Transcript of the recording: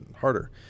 harder